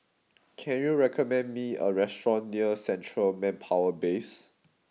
can you recommend me a restaurant near Central Manpower Base